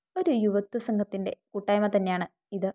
ഒരു യുവത്വ സംഘത്തിൻ്റെ കൂട്ടായ്മ തന്നെയാണ് ഇത്